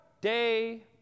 day